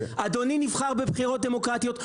אדוני נבחר בבחירות דמוקרטיות,